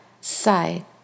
side